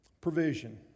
Provision